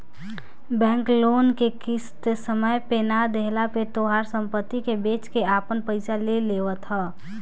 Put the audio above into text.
bank loan के किस्त समय पे ना देहला पे तोहार सम्पत्ति के बेच के आपन पईसा ले लेवत ह